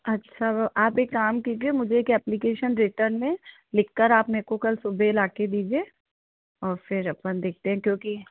अच्छा अब आप एक काम कीजिए मुझे एक एप्लीकेशन रिटन में लिखकर आप मेरे को कल सुबह लाकर दीजिए और फिर अपन देखते हैं क्योंकि